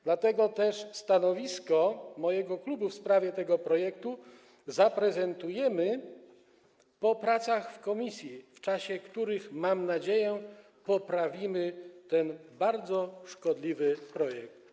Dlatego też stanowisko mojego klubu w sprawie tego projektu zaprezentujemy po pracach w komisji, w czasie których, mam nadzieję, poprawimy ten bardzo szkodliwy projekt.